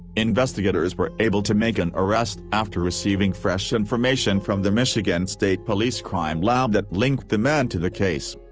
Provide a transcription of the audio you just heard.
investigators were able to make an arrest after receiving fresh information from the michigan state police crime lab that linked the man to the case.